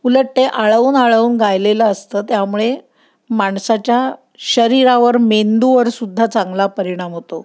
उलट ते आळवून आळवून गायलेलं असतं त्यामुळे माणसाच्या शरीरावर मेंदूवरसुद्धा चांगला परिणाम होतो